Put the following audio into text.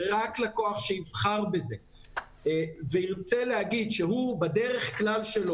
ורק לקוח שיבחר בזה וירצה להגיד שהוא בדרך הכלל שלו